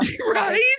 Right